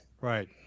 Right